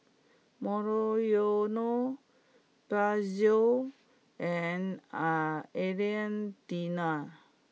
Monoyono Pezzo and are Alain Delon